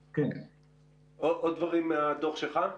עוד דברים מהדוח שלך?